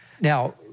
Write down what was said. Now